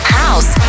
house